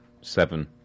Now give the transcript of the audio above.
seven